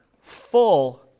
full